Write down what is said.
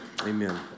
Amen